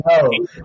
No